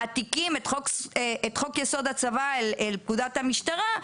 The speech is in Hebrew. מעתיקים את חוק-יסוד: הצבא לפקודת המשטרה,